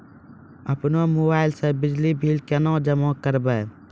अपनो मोबाइल से बिजली बिल केना जमा करभै?